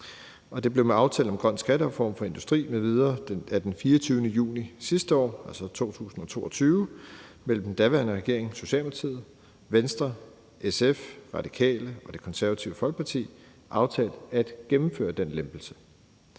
Det blev med aftalen om en grøn skattereform for industri mv. af den 24. juni 2022 mellem den daværende regering – Socialdemokratiet – Venstre, SF, Radikale Venstre og Det Konservative Folkeparti aftalt at gennemføre den lempelse.